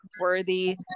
worthy